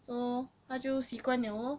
so 她就习惯 liao lor